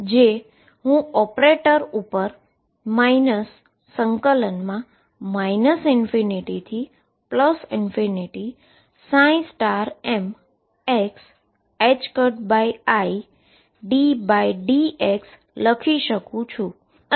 જે હું ઓપરેટર પર ∞mxiddx લખી શકું છું